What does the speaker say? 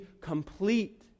complete